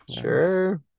Sure